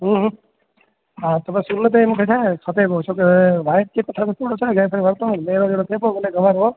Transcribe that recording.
ह्म्म ह्म्म हा त बसि उन ते मूंखे छा आहे खपे पियो छो त वाईट चीज़ वठण सां जीअं भाई वरितो मेरो ॿेरो थिए पियो उनजो कवर हो